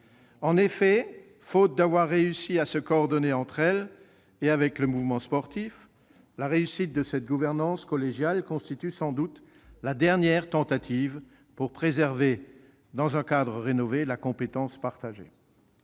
celles-ci d'avoir réussi à se coordonner entre elles et avec le mouvement sportif, la réussite de cette gouvernance collégiale constitue sans doute la dernière tentative pour préserver dans un cadre rénové la compétence partagée.